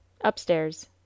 Upstairs